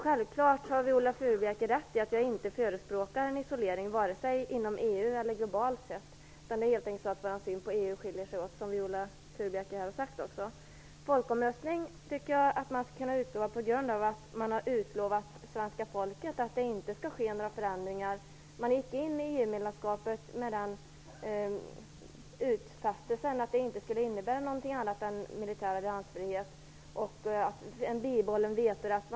Självklart har Viola Furubjelke rätt i att jag inte förespråkar en isolering vare sig inom EU eller globalt sett. Det är helt enkelt så att vår syn på EU skiljer sig åt, som Viola Furubjelke också har sagt. Folkomröstning tycker jag att man skall kunna utlova på grund av att man har lovat svenska folket att det inte skall ske några förändringar. Man gick in i EU-medlemskapet med utfästelsen att det inte skulle innebära någonting annat än militär alliansfrihet och en bibehållen vetorätt.